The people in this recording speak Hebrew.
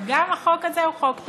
גם החוק הזה הוא חוק טוב.